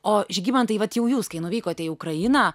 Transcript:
o žygimantai vat jau jūs kai nuvykote į ukrainą